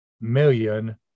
million